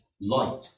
light